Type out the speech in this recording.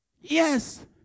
Yes